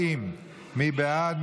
40. מי בעד?